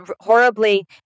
horribly